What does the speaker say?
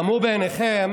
דמו בעיניכם